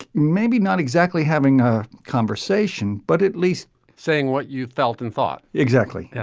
maybe not exactly having a conversation but at least saying what you felt and thought exactly. yeah